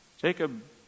Jacob